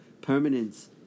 permanence